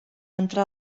entrar